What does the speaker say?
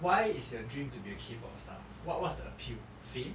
why is your dream to be a K pop star what what's the appeal fame